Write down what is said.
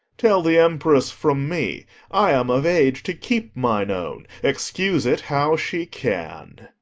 tell the empress from me i am of age to keep mine own excuse it how she can.